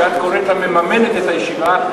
שאת קוראת לה מממנת את הישיבה,